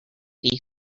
http